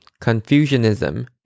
Confucianism